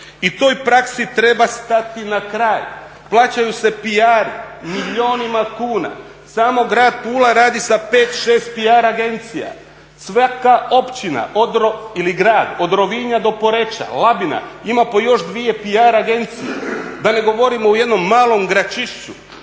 i toj praksi treba stati na kraj. Plaćaju se PR-i milijunima kuna. Samo grad Pula radi sa 5-6 PR-agencija. Svaka općina ili grad od Rovinja do Poreča, Labina ima po još dvije PR-agencije. Da ne govorimo o jednom malom Gračišću